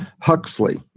Huxley